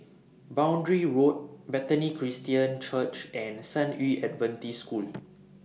Boundary Road Bethany Christian Church and San Yu Adventist School